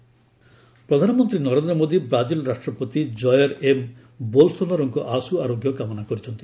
Modi Bolsonaro ପ୍ରଧାନମନ୍ତ୍ରୀ Narendra Modi Brazil ରାଷ୍ଟ୍ରପତି Jair M ବୋଲସୋନାରୋଙ୍କ ଆଶୁ ଆରୋଗ୍ୟ କାମନା କରିଛନ୍ତି